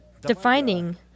defining